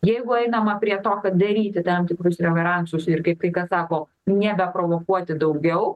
jeigu einama prie to kad daryti tam tikrus reveransus irgi kaip kai kas sako nebeprovokuoti daugiau